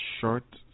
short